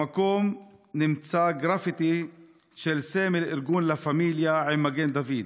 במקום נמצא גרפיטי של סמל ארגון לה פמיליה עם מגן דוד,